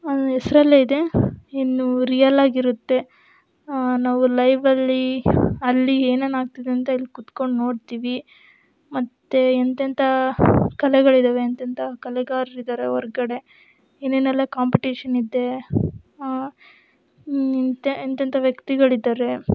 ಹೆಸ್ರಲ್ಲೇ ಇದೆ ಇನ್ನೂ ರಿಯಲ್ ಆಗಿರುತ್ತೆ ನಾವು ಲೈವಲ್ಲಿ ಅಲ್ಲಿ ಏನೇನು ಆಗ್ತಿದೆ ಅಂತ ಇಲ್ಲಿ ಕುತ್ಕೊಂಡು ನೋಡ್ತೀವಿ ಮತ್ತು ಎಂಥೆಂಥ ಕಲೆಗಳಿದ್ದಾವೆ ಎಂಥೆಂಥ ಕಲೆಗಾರ್ರು ಇದ್ದಾರೆ ಹೊರ್ಗಡೆ ಏನೇನೆಲ್ಲ ಕಾಂಪಿಟೀಷನ್ ಇದೆ ಎಂಥ ಎಂಥೆಂಥ ವ್ಯಕ್ತಿಗಳಿದ್ದಾರೆ